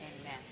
amen